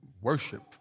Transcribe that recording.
worship